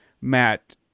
Matt